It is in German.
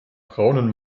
braunen